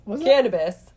Cannabis